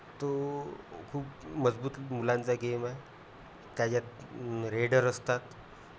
तो खूप मजबूत मुलांचा गेम आहे त्याच्यात रेडर असतात